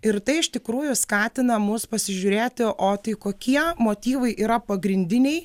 ir tai iš tikrųjų skatina mus pasižiūrėti o tai kokie motyvai yra pagrindiniai